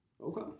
Okay